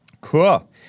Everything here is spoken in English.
Cool